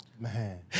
Man